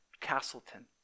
Castleton